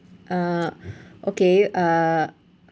uh okay uh